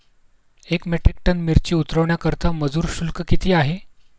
एक metric tonne मिरची उतरवण्याकरता मजूर शुल्क किती आहे?